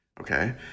Okay